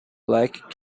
black